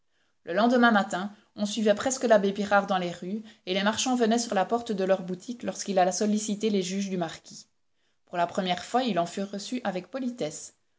le lendemain matin on suivait presque l'abbé pirard dans les rues et les marchands venaient sur la porte de leurs boutiques lorsqu'il alla solliciter les juges du marquis pour la première fois il en fut reçu avec politesse